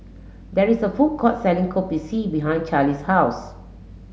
there is a food court selling Kopi C behind Charlie's house